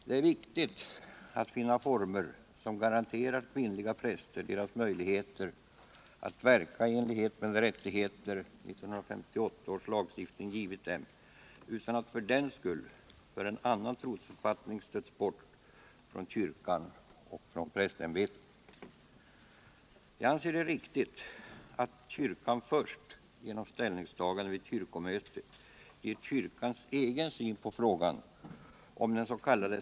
Det är viktigt att finna former, som garanterar kvinnliga präster deras möjligheter att verka i enlighet med de rättigheter som 1958 års lagstiftning 191 har givit dem, utan att för den skull de som har en annan trosuppfattning stöts bort från kyrkan och från prästämbetet. Jag anser det riktigt att kyrkan genom ställningstagande på kyrkomötet först ger kyrkans egen syn på frågan om dens.k.